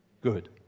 Good